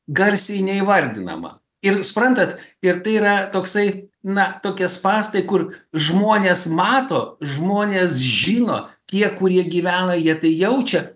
garsiai neįvardinama ir suprantat ir tai yra toksai na tokie spąstai kur žmonės mato žmonės žino tie kurie gyvena jie tai jaučia